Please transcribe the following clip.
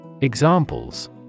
Examples